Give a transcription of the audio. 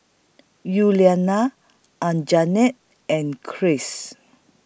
Yuliana Anjanette and Kris